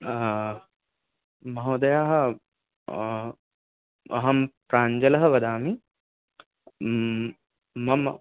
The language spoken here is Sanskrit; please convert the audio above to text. महोदयाः अहं प्राञ्जलः वदामि मम